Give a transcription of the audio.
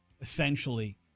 essentially